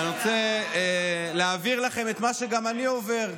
ואני רוצה להעביר לכם את מה שגם אני עובר.